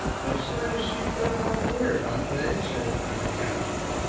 they say she's been a little queer, don't they? said the friendly counsellor.